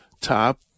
top